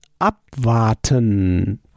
abwarten